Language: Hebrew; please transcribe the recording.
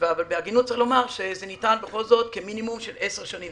אבל בהגינות ניתן לומר שזה ניתן בכל זאת כמינימום של 10 שנים.